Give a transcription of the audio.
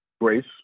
Grace